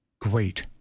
Great